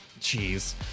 Jeez